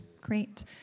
Great